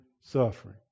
suffering